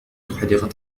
حديقة